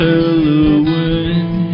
Halloween